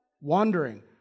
Wandering